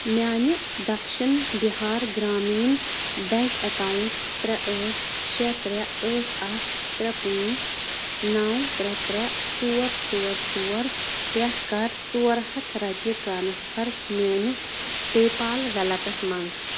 میٛانہِ Dakshin Bihar Gramin bank account ترٛےٚ ٲٹھ شےٚ ترٛےٚ ٲٹھ اَکھ ترٛےٚ پانٛژھ نَو ترٛےٚ ترٛےٚ ژور ژور ژور پٮ۪ٹھ کر ژور ہَتھ رۄپیہِ ٹرٛانسفَر میٛٲنِس پے پال ویلٮ۪ٹَس منٛز